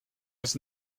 was